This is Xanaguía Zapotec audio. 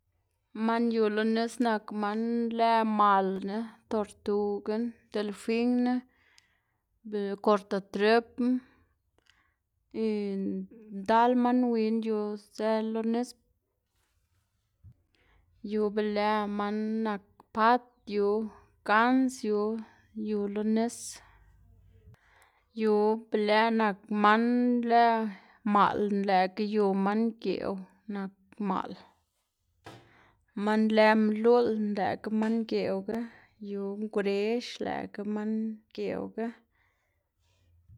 Man yu lo nis nak man lë malna, tortugna, delfinna, kortatripna y ndal man win yuzë lo nis, yu lë man nak pat, yu gans yu, yu lo nis, yu be lë nak man lëꞌ maꞌlna lëꞌkga yu man geꞌw nak maꞌl, man lë mluꞌlna lëꞌkga man geꞌwga, yu ngwrex lëꞌkga man geꞌwga.